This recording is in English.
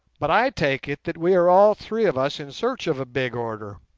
but i take it that we are all three of us in search of a big order.